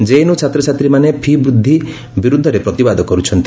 JNU ଛାତ୍ରଛାତ୍ରୀମାନେ ଫି'ବୃଦ୍ଧି ବିରୁଦ୍ଧରେ ପ୍ରତିବାଦ କରୁଛନ୍ତି